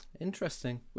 Interesting